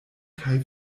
kaj